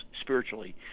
spiritually